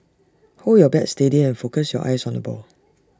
hold your bat steady and focus your eyes on the ball